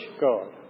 God